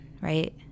right